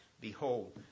behold